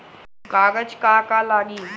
कागज का का लागी?